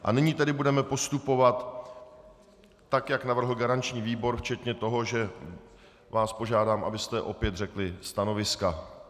A nyní tedy budeme postupovat tak, jak navrhl garanční výbor, včetně toho, že vás požádám, abyste opět řekli stanoviska.